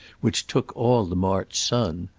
which took all the march sun,